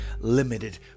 limited